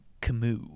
Camus